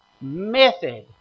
method